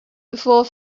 before